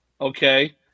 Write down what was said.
okay